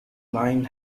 line